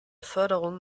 förderung